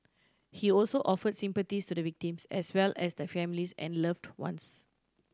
he also offer sympathies to the victims as well as their families and loved ones